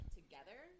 together